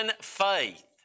faith